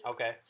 Okay